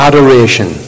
Adoration